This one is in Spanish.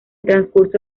transcurso